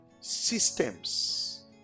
systems